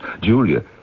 Julia